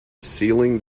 sealing